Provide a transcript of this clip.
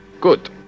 Good